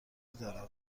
دارم